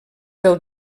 del